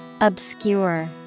Obscure